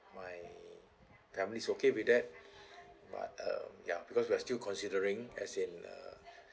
my family is okay with that but uh ya we're still considering as in uh